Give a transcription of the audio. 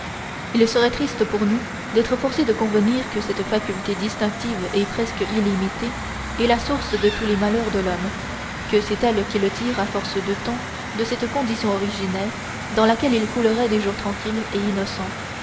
il serait triste pour nous d'être forcés de convenir que cette faculté distinctive et presque illimitée est la source de tous les malheurs de l'homme que c'est elle qui le tire à force de temps de cette condition originaire dans laquelle il coulerait des jours tranquilles et innocents